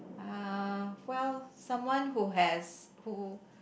ah well someone who has who